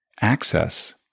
access